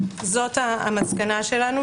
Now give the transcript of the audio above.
זו המסקנה שלנו,